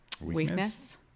weakness